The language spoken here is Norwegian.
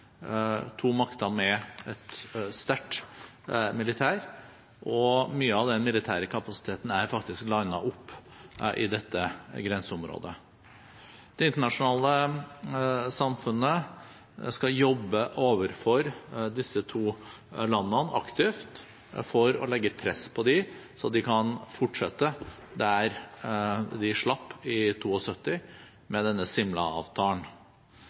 to makter med sterke militærvesen, og mye av den militære kapasiteten er faktisk oppstilt i dette grenseområdet. Det internasjonale samfunnet skal jobbe aktivt overfor disse to landene for å legge press på dem, slik at de kan fortsette der de slapp i 1972, med